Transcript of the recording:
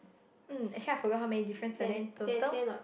mm actually I forgot how many difference are there in total